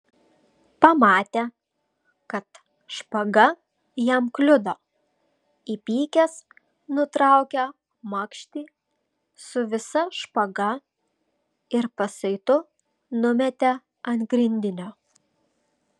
pamatė kad špaga jam kliudo įpykęs nutraukė makštį su visa špaga ir pasaitu numetė ant grindinio